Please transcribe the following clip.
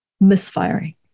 misfiring